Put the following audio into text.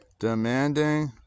Demanding